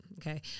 Okay